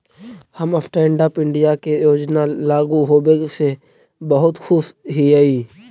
हम stand up India के योजना लागू होबे से बहुत खुश हिअई